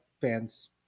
fans